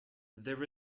there